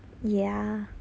ya